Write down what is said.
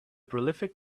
prolific